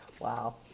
wow